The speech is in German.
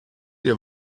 dir